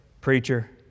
Preacher